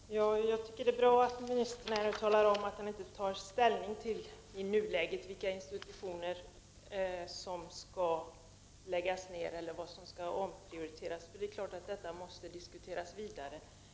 Herr talman! Jag tycker att det är bra att ministern talar om att han i nuläget inte tar ställning till vilka institutioner som skall läggas ned eller vad som skall omprioriteras. Det är klart att detta måste diskuteras vidare.